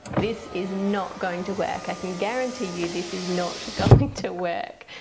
this is not going to work i can guarantee you this is not going to work.